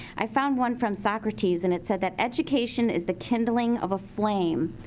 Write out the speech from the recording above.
i found one from socrates and it said that education is the kindling of a flame,